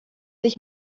sich